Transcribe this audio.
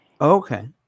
Okay